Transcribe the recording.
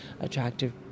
attractive